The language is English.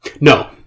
No